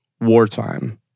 wartime